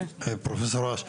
פרופ' אש,